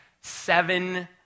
seven